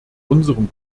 unserem